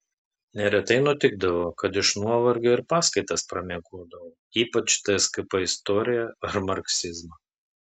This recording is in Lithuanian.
neretai nutikdavo kad iš nuovargio ir paskaitas pramiegodavau ypač tskp istoriją ar marksizmą